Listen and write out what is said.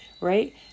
right